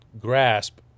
grasp